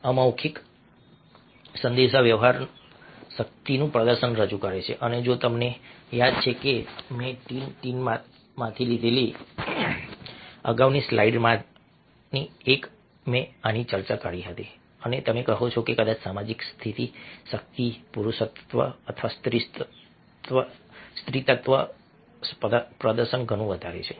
અમૌખિક સંદેશાવ્યવહાર શક્તિનું પ્રદર્શન રજૂ કરે છે અને જો તમને યાદ છે કે મેં ટીન ટીનમાંથી લીધેલી અગાઉની સ્લાઇડ્સમાંની એકમાં મેં આની ચર્ચા કરી હતી અને તમે કહો છો કે કદાચ સામાજિક સ્થિતિ શક્તિ પુરુષત્વ અથવા સ્ત્રીત્વનું પ્રદર્શન ઘણું વધારે છે